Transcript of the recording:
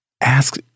ask